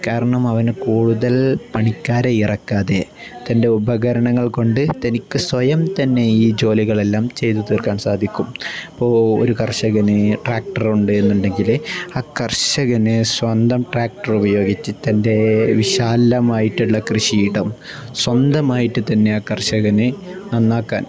കാരണം അവന് കൂടുതൽ പണിക്കാരെ ഇറക്കാതെ തൻ്റെ ഉപകരണങ്ങൾ കൊണ്ട് തനിക്ക് സ്വയം തന്നെ ഈ ജോലികളെല്ലാം ചെയ്തു തീർക്കാൻ സാധിക്കും ഇപ്പോൾ ഒരു കർഷകന് ട്രാക്ടറുണ്ട് എന്നുണ്ടെങ്കിൽ ആ കർഷകന് സ്വന്തം ട്രാക്ടർ ഉപയോഗിച്ച തൻ്റെ വിശാലമായിട്ടുള്ള കൃഷിയിടം സ്വന്തമായിട്ട് തന്നെ ആ കർഷകന് നന്നാക്കാൻ